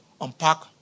unpack